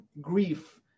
grief